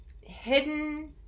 hidden